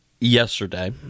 yesterday